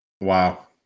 Wow